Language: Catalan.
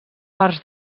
parts